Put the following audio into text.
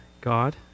God